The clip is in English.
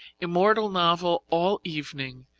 immortal novel all evening,